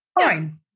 Fine